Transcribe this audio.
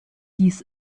dies